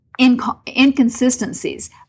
inconsistencies